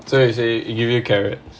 so you say it'll give you carrots